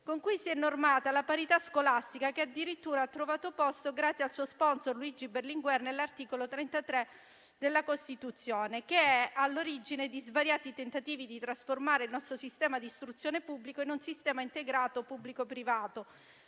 con cui si è normata la parità scolastica che addirittura ha trovato posto, grazie al suo *sponsor*, Luigi Berlinguer, nell'articolo 33 della Costituzione, che è all'origine di svariati tentativi di trasformare il nostro sistema di istruzione pubblica in un sistema integrato pubblico-privato,